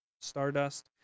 Stardust